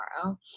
tomorrow